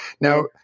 Now